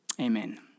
Amen